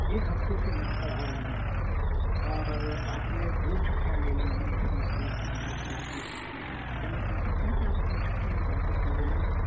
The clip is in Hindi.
एक हफ़्ते से यहाँ पर आ रही हैं और आपने दो छुट्टियाँ ले ली हैं इसी एक सप्ताह के बीच में ही क्या मैं जान सकता हूँ कि आप इतनी छुट्टियाँ बार बार क्यों ले रही हैं